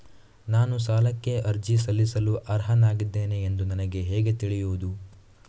ನಾನು ಸಾಲಕ್ಕೆ ಅರ್ಜಿ ಸಲ್ಲಿಸಲು ಅರ್ಹನಾಗಿದ್ದೇನೆ ಎಂದು ನನಗೆ ಹೇಗೆ ತಿಳಿಯುದು?